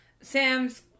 Sam's